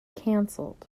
cancelled